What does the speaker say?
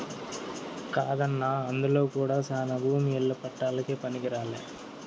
కాదన్నా అందులో కూడా శానా భూమి ఇల్ల పట్టాలకే పనికిరాలే